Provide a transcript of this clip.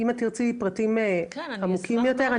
אם תרצי פרטים עמוקים יותר,